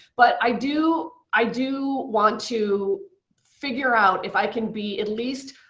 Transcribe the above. but i do i do want to figure out if i can be at least,